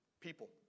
People